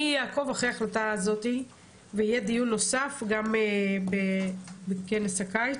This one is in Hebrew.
אני אעקוב אחרי ההחלטה הזאת ויהיה דיון נוסף בכנס הקיץ.